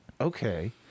Okay